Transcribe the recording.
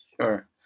Sure